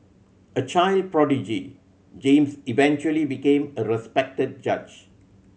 a child prodigy James eventually became a respected judge